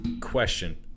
Question